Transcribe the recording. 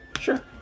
Sure